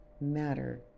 matter